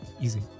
easy